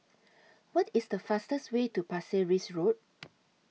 What IS The fastest Way to Pasir Ris Road